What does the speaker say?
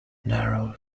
narrow